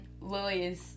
Lily's